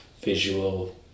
visual